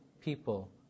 people